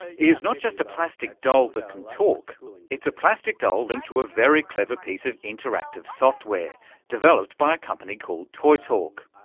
is not just a plastic doll that can talk, it's a plastic doll linked to a very clever piece of interactive software developed by a company called toytalk.